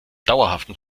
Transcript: dauerhaften